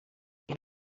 این